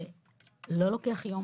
זה לא לוקח יום